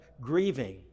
grieving